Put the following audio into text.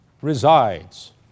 resides